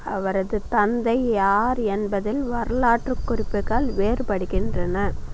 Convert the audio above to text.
அவரது தந்தை யார் என்பதில் வரலாற்றுக் குறிப்புகள் வேறுப்படுகின்றன